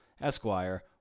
Esquire